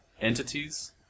entities